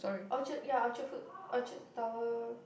Orchard ya Orchard food Orchard Tower